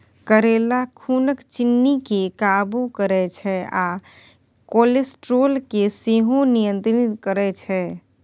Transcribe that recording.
करेला खुनक चिन्नी केँ काबु करय छै आ कोलेस्ट्रोल केँ सेहो नियंत्रित करय छै